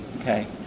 Okay